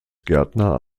gärtner